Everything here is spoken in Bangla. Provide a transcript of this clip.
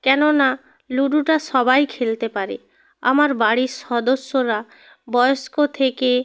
কেননা লুডোটা সবাই খেলতে পারে আমার বাড়ির সদস্যরা বয়স্ক থেকে